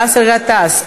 באסל גטאס,